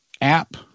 app